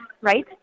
right